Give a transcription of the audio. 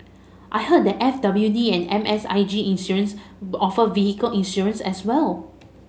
I heard that F W D and M S I G Insurance offer vehicle insurance as well